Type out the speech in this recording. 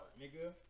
nigga